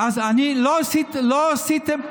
אתה טועה, לא עשיתם כלום,